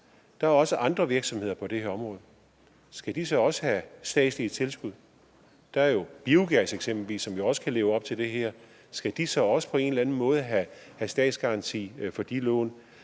Der er også andre virksomheder på det her område. Skal de så også have statslige tilskud? Der er jo eksempelvis biogas, som også skal leve op til det her. Skal de så også på en eller anden måde have statsgaranti for lån?